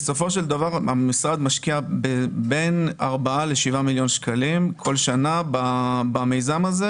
בסופו של דבר המשרד משקיע כל שנה בין 4 ל-7 מיליון שקלים במיזם הזה.